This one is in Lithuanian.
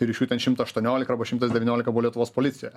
ir iš jų ten šimta aštuoniolika arba šimtas devyniolika buvo lietuvos policijoje